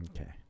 Okay